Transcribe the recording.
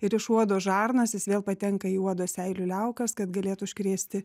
ir iš uodo žarnos jis vėl patenka į uodo seilių liaukas kad galėtų užkrėsti